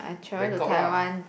Bangkok lah